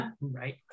Right